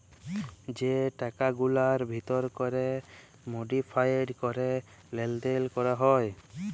যে টাকাগুলার ভিতর ক্যরে মডিফায়েড ক্যরে লেলদেল ক্যরা হ্যয়